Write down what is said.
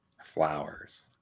Flowers